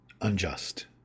unjust